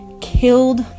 killed